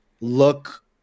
look